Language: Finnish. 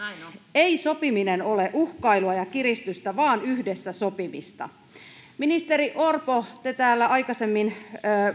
ei sopiminen ole uhkailua ja kiristystä vaan yhdessä sopimista ministeri orpo te täällä aikaisemmin